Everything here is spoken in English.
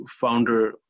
founder